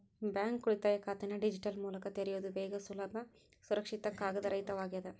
bank ಉಳಿತಾಯ ಖಾತೆನ digital ಮೂಲಕ ತೆರಿಯೋದ್ ವೇಗ ಸುಲಭ ಸುರಕ್ಷಿತ ಕಾಗದರಹಿತವಾಗ್ಯದ